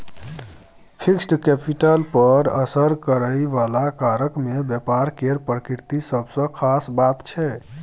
fixed capital पर असर करइ बला कारक मे व्यापार केर प्रकृति सबसँ खास बात छै